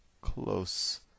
close